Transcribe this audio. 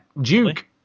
Duke